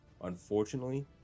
Unfortunately